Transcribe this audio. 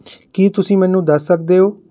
ਕੀ ਤੁਸੀਂ ਮੈਨੂੰ ਦੱਸ ਸਕਦੇ ਹੋ